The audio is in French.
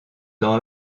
dans